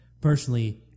personally